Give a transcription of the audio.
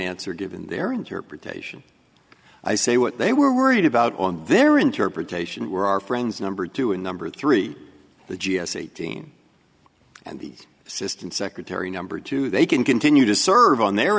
answer given their interpretation i say what they were worried about on their interpretation were our friends number two and number three the g s eighteen and the assistant secretary number two they can continue to serve on their